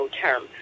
term